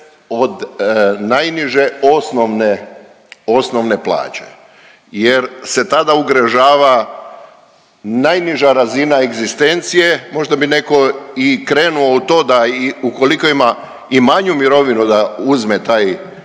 od najniže osnovne plaće jer se tada ugrožava najniža razina egzistencije. Možda bi netko i krenuo u to da i ukoliko ima i manju mirovinu da uzme taj